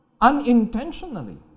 unintentionally